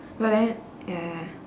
but then ya